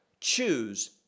Choose